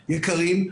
יקרים,